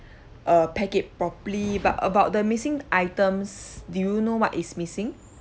err pack it properly but about the missing items do you know what is missing